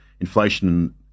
Inflation